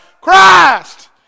Christ